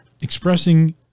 Expressing